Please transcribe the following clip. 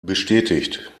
bestätigt